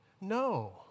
No